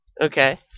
Okay